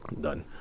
Done